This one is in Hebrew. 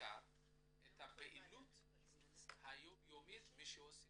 בעיקר את הפעילות היום-יומית מי שעושה